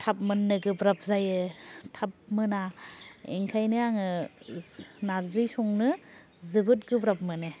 थाब मोन्नो गोब्राब जायो थाब मोना ओंखायनो आङो नार्जि संनो जोबोद गोब्राब मोनो